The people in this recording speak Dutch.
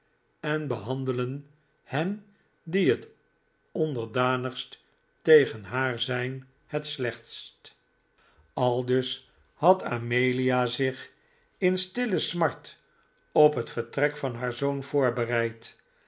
en behandelen hen die het onderdanigst tegen haar zijn het slechtst aldus had amelia zich in stille smart op het vertrek van haar zoon voorbereid